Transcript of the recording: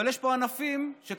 אבל יש פה עסקים שקרסו,